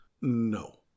No